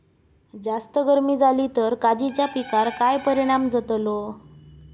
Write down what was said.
जास्त गर्मी जाली तर काजीच्या पीकार काय परिणाम जतालो?